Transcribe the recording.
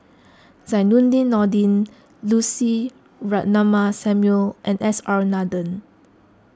Zainudin Nordin Lucy Ratnammah Samuel and S R Nathan